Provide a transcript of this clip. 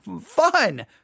fun